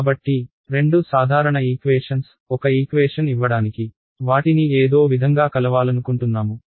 కాబట్టి రెండు సాధారణ ఈక్వేషన్స్ ఒక ఈక్వేషన్ ఇవ్వడానికి వాటిని ఏదో విధంగా కలవాలనుకుంటున్నాము